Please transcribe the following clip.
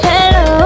Hello